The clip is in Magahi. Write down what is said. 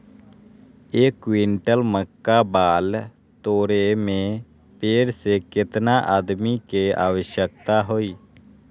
एक क्विंटल मक्का बाल तोरे में पेड़ से केतना आदमी के आवश्कता होई?